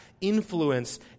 influence